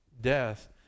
death